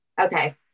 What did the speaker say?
Okay